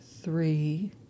three